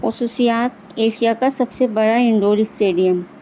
خصوصیات ایشیا کا سب سے بڑا انڈور اسٹیڈیم